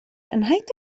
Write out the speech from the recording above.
أنهيت